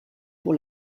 pour